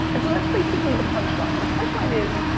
and so that's basically the punchline. the punchline is,